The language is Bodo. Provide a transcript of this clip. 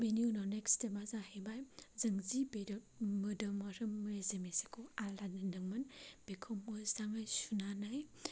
बेनि उनाव नेक्स स्टेपआ जाहैबाय जों जि बेदर मोदोम मोदोम मेजेम एसेखौ आलदा दोन्दोंमोन बेखौ मोजाङै सुनानै